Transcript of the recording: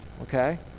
Okay